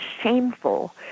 shameful